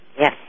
Yes